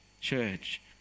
church